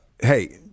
Hey